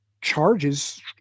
charges